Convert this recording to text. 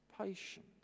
patient